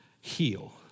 heal